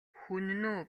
хүннү